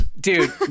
dude